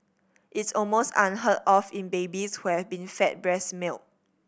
it's almost unheard of in babies who have been fed breast milk